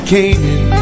Canaan